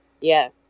Yes